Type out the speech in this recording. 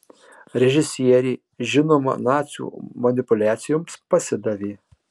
režisierė žinoma nacių manipuliacijoms pasidavė